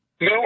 No